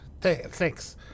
Thanks